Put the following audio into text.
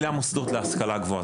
אלה המוסדות להשכלה גבוהה,